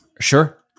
Sure